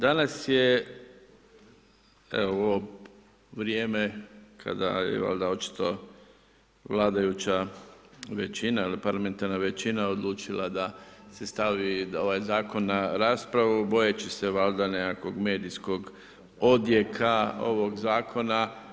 Danas je, evo ovo vrijeme kada je valjda očito vladajuća većina ili parlamentarna većina odlučila da se stavi ovaj zakon na raspravu bojeći se valjda nekakvog medijskog odjeka ovog zakona.